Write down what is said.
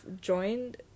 joined